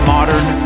Modern